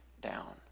down